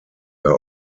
der